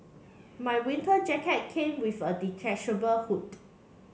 my winter jacket came with a detachable hood